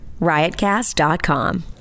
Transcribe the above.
riotcast.com